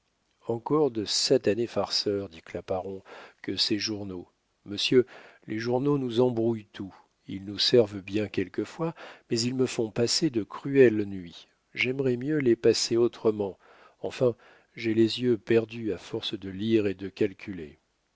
encore de satanés farceurs dit claparon que ces journaux monsieur les journaux nous embrouillent tout ils nous servent bien quelquefois mais ils me font passer de cruelles nuits j'aimerais mieux les passer autrement enfin j'ai les yeux perdus à force de lire et de calculer